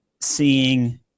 seeing